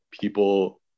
people